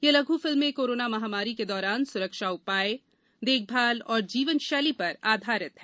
यह लघ फिल्में कोरोना महामारी के दौरान सुरक्षा उपाय देखभाल और जीवन शैली पर आधारित हैं